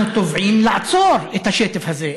אנחנו תובעים לעצור את השטף הזה,